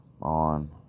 on